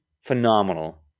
phenomenal